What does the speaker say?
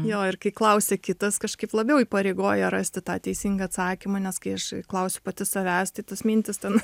jo ir kai klausia kitas kažkaip labiau įpareigoja rasti tą teisingą atsakymą nes kai aš klausiu pati savęs tai tos mintys ten